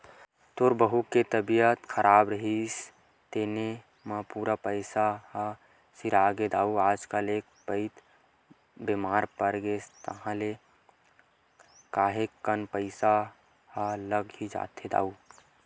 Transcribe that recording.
तोर बहू के तबीयत खराब रिहिस तेने म पूरा पइसा ह सिरागे दाऊ आजकल एक पइत बेमार परगेस ताहले काहेक कन पइसा ह लग ही जाथे दाऊ